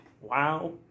wow